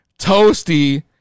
toasty